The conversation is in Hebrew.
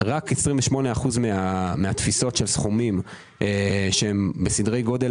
רק 28% מהתפיסות של סכומים בסדרי הגודל